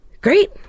great